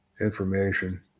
information